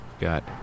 Got